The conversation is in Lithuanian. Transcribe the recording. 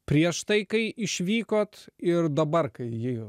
prieš tai kai išvykot ir dabar kai ji